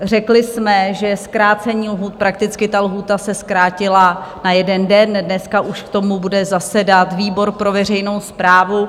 Řekli jsme, že zkrácení lhůt prakticky ta lhůta se zkrátila na jeden den, dneska už k tomu bude zasedat výbor pro veřejnou správu.